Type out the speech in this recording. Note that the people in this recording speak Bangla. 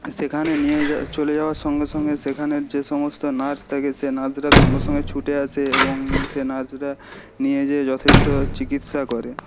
সেখানে নিয়ে চলে যাবার সঙ্গে সঙ্গে সেখানের যে সমস্ত নার্স থাকে সে নার্সরা সঙ্গে সঙ্গে ছুটে আসে এবং সে নার্সরা নিয়ে যেয়ে যথেষ্ট চিকিৎসা করে